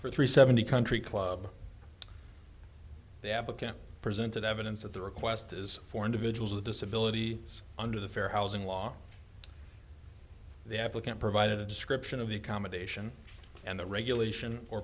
for three seventy country club the applicant presented evidence that the request is for individuals with disabilities under the fair housing law the applicant provided a description of the accommodation and the regulation or